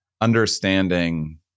understanding